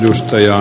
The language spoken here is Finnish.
juustoja